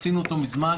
חצינו אותו מזמן.